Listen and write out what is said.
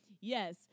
yes